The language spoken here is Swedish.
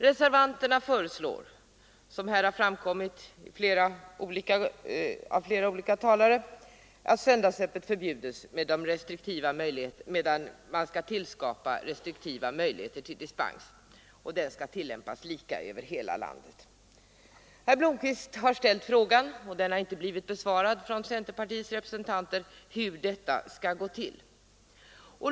Reservanterna föreslår, som framhållits av flera olika talare, att söndagsöppet förbjuds men att man skall tillskapa restriktiva möjligheter till dispens att tillämpas lika över hela landet. Herr Blomkvist har ställt frågan, och den har inte blivit besvarad från centerpartiets representanter, hur detta skall gå till.